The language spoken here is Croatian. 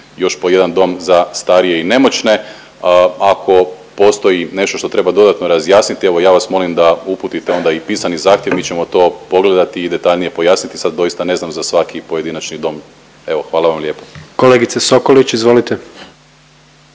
još po jedan dom za starije i nemoćne. Ako postoji nešto što treba dodatno razjasniti evo ja vas molim da uputite onda i pisani zahtjev mi ćemo to pogledati i detaljnije pojasniti. Sad doista ne znam za svaki pojedinačni dom. Evo, hvala vam lijepa. **Jandroković, Gordan